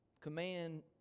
Command